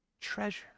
Treasure